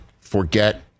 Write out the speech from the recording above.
forget